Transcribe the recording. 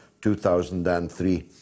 2003